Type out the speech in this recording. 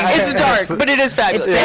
it's dark, but it is fabulous. yeah